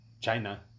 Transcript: China